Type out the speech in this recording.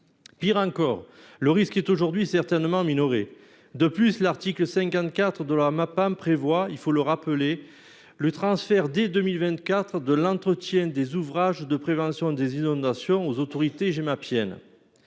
Pis encore, le risque est aujourd'hui certainement minoré. Rappelons que l'article 56 de la loi Maptam prévoit le transfert dès 2024 de l'entretien des ouvrages de prévention des inondations aux autorités « gemapiennes